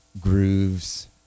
grooves